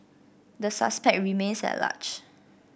the suspect remains at large